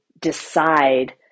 decide